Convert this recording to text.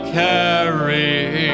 carry